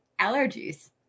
allergies